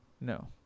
No